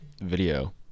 video